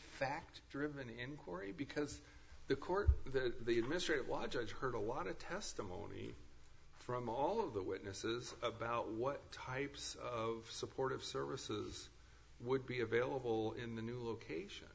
fact driven in corrie because the court the administrative law judge heard a lot of testimony from all of the witnesses about what types of supportive services would be available in the new location